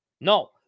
no